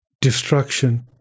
destruction